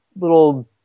little